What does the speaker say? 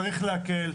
צריך להקל.